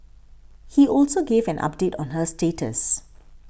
he also gave an update on her status